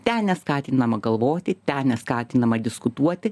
ten neskatinama galvoti ten neskatinama diskutuoti